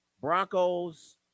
Broncos